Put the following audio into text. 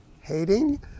hating